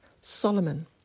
Solomon